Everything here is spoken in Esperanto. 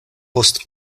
post